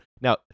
Now